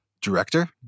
director